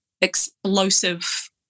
explosive